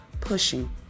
pushing